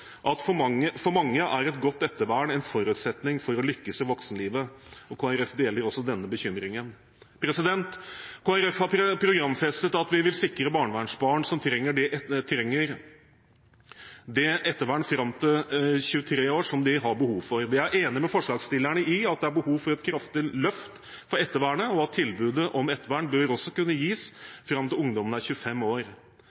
at for mange er et godt ettervern en forutsetning for å lykkes i voksenlivet. Kristelig Folkeparti deler også denne bekymringen. Kristelig Folkeparti har programfestet at vi vil sikre barnevernsbarn som trenger det, ettervern fram til 23 år. Vi er enig med forslagsstillerne i at det er behov for et kraftig løft for ettervernet, og at tilbudet om ettervern også bør kunne gis fram til ungdommen er 25 år.